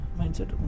mindset